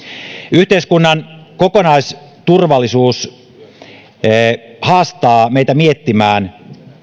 yhteiskunnan kokonaisturvallisuus haastaa meitä miettimään